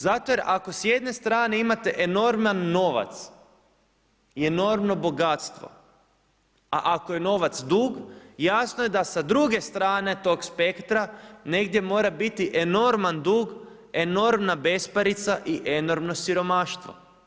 Zato jer ako s jedne strane imate enorman novac i enormno bogatstvo, a ako je novac dug jasno je da sa druge strane tog spektra negdje mora biti enorman dug, enormna besparica i enormno siromaštvo.